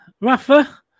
Rafa